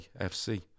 FC